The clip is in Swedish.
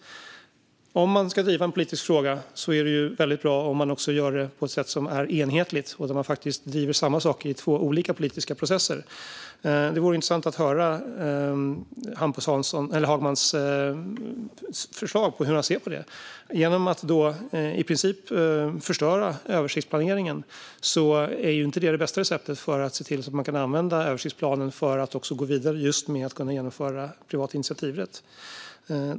Om man ska driva en politisk fråga är det väldigt bra om man gör det på ett sätt som är enhetligt och att man driver samma sak i två olika politiska processer. Det vore intressant att höra hur Hampus Hagman ser på det. Att i princip förstöra översiktsplaneringen är ju inte det bästa receptet för att se till att man kan använda översiktsplanen för att gå vidare just med att genomföra privat initiativrätt.